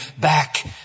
back